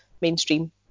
mainstream